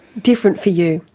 different for you?